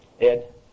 Ed